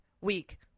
week